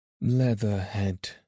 Leatherhead